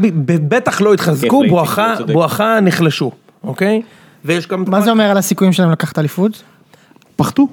בטח לא התחזקו, בואכה נחלשו, אוקיי? מה זה אומר על הסיכויים שלהם לקחת אליפות? פחתו.